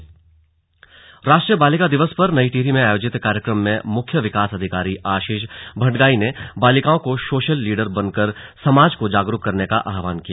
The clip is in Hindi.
स्लग राष्ट्रीय बालिका दिवस टिहरी राष्ट्रीय बालिका दिवस पर नई टिहरी में आयोजित कार्यक्रम में मुख्य विकास अधिकारी आशीष भटगांई ने बालिकाओं को सोशल लीडर बनकर समाज को जागरूक करने का आहवान किया